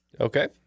Okay